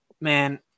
man